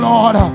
Lord